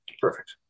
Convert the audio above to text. Perfect